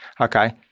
okay